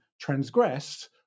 transgressed